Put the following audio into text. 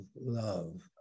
love